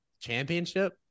championship